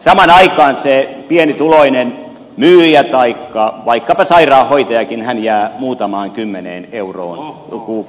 samaan aikaan se pienituloinen myyjä taikka vaikkapa sairaanhoitajakin jää muutamaan kymmeneen euroon vuodessa